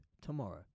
tomorrow